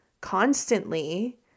constantly